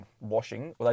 washing